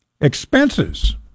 Expenses